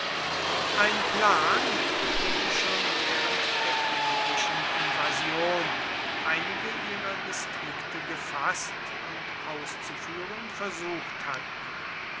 ein plan den schon während der kimbrischen invasion einige ihrer distrikte gefaßt und auszuführen versucht hatten